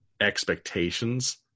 expectations